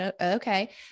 Okay